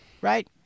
right